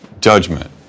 judgment